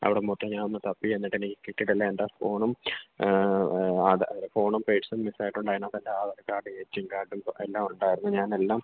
അവിടെ മൊത്തം ഞാൻ ഒന്ന് തപ്പി എന്നിട്ട് എനിക്ക് കിട്ടിയിട്ടില്ല എൻ്റെ ഫോണും ഫോണും പേഴ്സും മിസ്സ് ആയിട്ടുണ്ട് അതിനകത്ത് എൻ്റെ Aadhaar card A T M കാർഡും എല്ലാ ഉണ്ടായിരുന്നു ഞാനെല്ലാം